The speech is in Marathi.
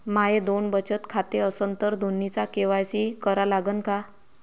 माये दोन बचत खाते असन तर दोन्हीचा के.वाय.सी करा लागन का?